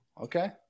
okay